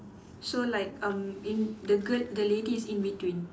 so like um in the girl the lady is in between